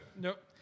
Nope